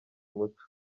umuco